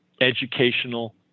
educational